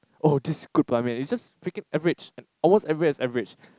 oh this is good Ban-Mian it's just freaking average almost everywhere is average